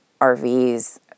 RVs